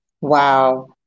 Wow